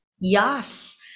yes